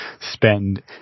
spend